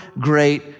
great